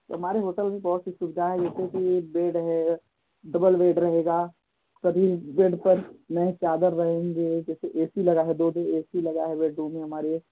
हमारे होटल में बहुत सी सुविधा है जैसे कि बेड है डबल बेड रहेगा सभी बेड पर नए चादर रहेंगे जैसे ए सी लगा है दो दो ए सी लगे हैँ बेडरूम में हमारे